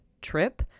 trip